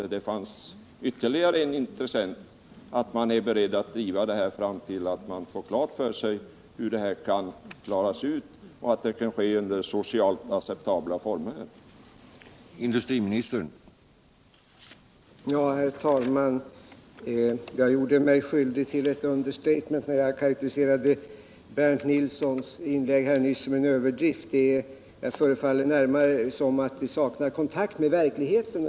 Det förefaller mer som om det saknar kontakt med verkligheten.